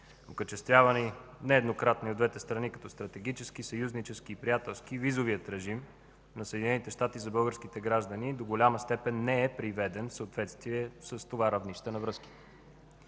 окачествявани нееднократно и от двете страни като стратегически, съюзнически и приятелски, визовият режим на Съединените щати за българските граждани до голяма степен не е приведен с това равнище на връзките.